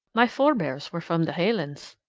my forebears were from the hielands.